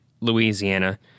Louisiana